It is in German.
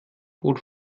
bot